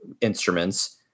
instruments